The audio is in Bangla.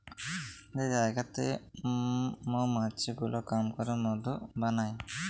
যে জায়গাতে মমাছি গুলা কাম ক্যরে মধু বালাই